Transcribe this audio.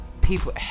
people